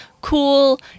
cool